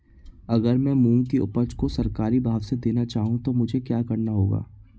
अगर मैं मूंग की उपज को सरकारी भाव से देना चाहूँ तो मुझे क्या करना होगा?